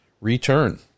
return